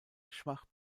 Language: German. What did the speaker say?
schwach